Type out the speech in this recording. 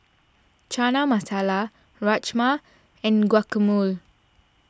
Chana Masala Rajma and Guacamole